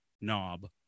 knob